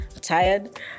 tired